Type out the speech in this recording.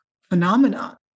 phenomenon